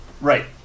Right